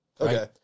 Okay